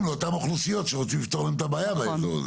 לאותן אוכלוסיות שרוצים לפתור להם את הבעיה באזור הזה.